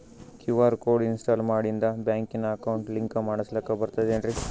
QR code install ಮಾಡಿಂದ ಬ್ಯಾಂಕಿನ account link ಮಾಡಸ್ಲಾಕ ಬರ್ತದೇನ್ರಿ